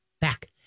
back